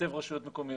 לתקצב רשויות מקומיות.